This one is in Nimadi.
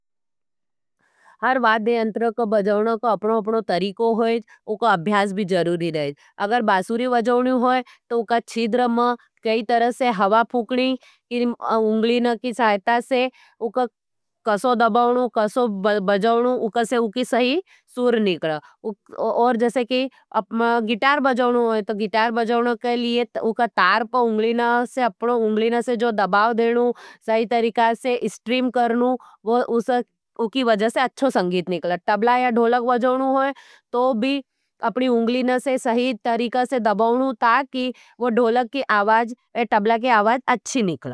हर वाद्य यंत्र का बजवना का अपनो-अपनो तरीको होईज, उका अभ्यास भी जरूरी रहेज। अगर बासूरी बजवनी होई, तो उका छिद्र में कई तरसे हवा फूकनी, उंगलीना की सहायता से उका कसो दबावनु, कसो बजवनु, उका से उकी सही सूर निकला। और जाइसे गिटार बजाऊना है तो गिटार बजाउने के लिए उके तार प से जो अपनी उंगली से दबाव देने का सही तरीका से स्ट्रीम करनू उसकी वजह से अच्छा संगीत निकले। तबला या ढोलक बजाना होऊ अपनी उँगलियाँ को सही तरीके से दबौने से उकी आवाज अच्छी आए।